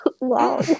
Wow